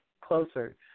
closer